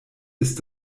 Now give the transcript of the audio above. ist